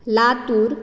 Latur